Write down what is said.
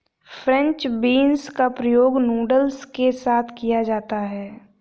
French beans का प्रयोग noodles के साथ किया जाता है